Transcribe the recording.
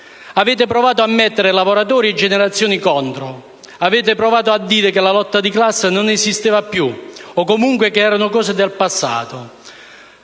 Avete provato a mettere lavoratori e generazioni contro. Avete provato a dire che la lotta di classe non esisteva più o, comunque, che erano cose del passato.